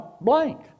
blank